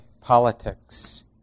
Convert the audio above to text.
politics